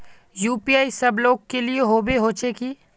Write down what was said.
UPI सब लोग के लिए होबे होचे की?